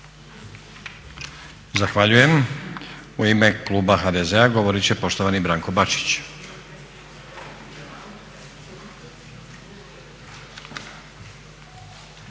Zahvaljujem. U ime kluba HDZ-a govorit će poštovani Branko Bačić.